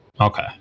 okay